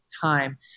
time